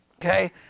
Okay